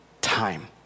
time